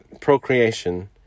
procreation